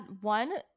one